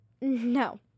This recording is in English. No